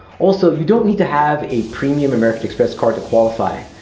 also, you don't need to have a premium american express card to qualify.